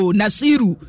nasiru